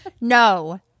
No